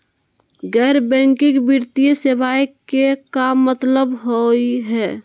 गैर बैंकिंग वित्तीय सेवाएं के का मतलब होई हे?